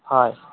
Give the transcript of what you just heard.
হয়